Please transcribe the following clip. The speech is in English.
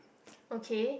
okay